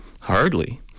hardly